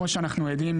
כמו שאנחנו יודעים,